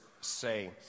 say